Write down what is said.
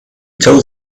told